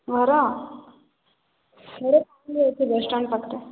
ଘର ଘର ବସ ଷ୍ଟାଣ୍ଡ ପାଖରେ